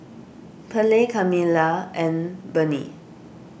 Perley Camilla and Bernie